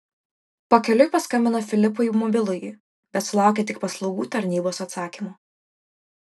pakeliui paskambino filipui į mobilųjį bet sulaukė tik paslaugų tarnybos atsakymo